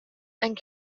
and